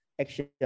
action